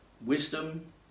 wisdom